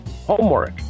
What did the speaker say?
Homework